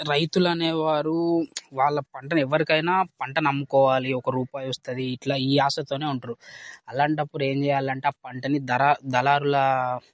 రైతులనే వారు వాళ్ళ పంటని ఎవరికైనా పంటని అమ్ముకోవాలి ఒక రూపాయి వస్తుంది ఇట్లా ఈ ఆశతోనే ఉంటారు అలాంటప్పుడు ఏం చేయాలంటే ఆ పంటని ధర దళారుల